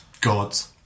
gods